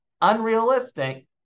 unrealistic